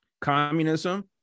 communism